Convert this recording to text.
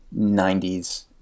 90s